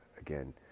Again